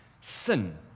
Sin